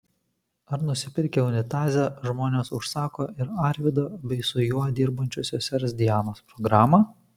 ar nusipirkę unitazą žmonės užsako ir arvydo bei su juo dirbančios sesers dianos programą